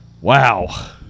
Wow